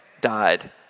died